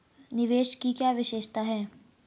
निवेश की क्या विशेषता है?